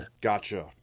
Gotcha